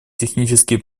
технические